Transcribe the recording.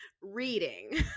reading